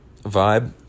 vibe